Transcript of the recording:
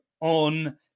on